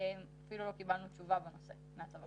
ואפילו לא קיבלנו תשובה בנושא מהצבא.